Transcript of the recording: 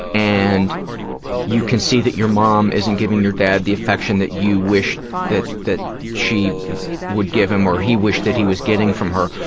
and you can see that your mom isn't giving your dad the affection that you wished that that she would give him, or that he wished that he was getting from her.